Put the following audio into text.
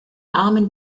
armen